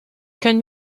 können